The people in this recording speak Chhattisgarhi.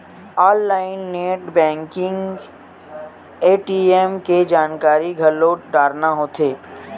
ऑनलाईन नेट बेंकिंग ए.टी.एम के जानकारी घलो डारना होथे